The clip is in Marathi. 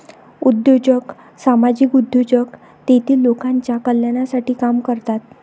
उद्योजक सामाजिक उद्योजक तेतील लोकांच्या कल्याणासाठी काम करतात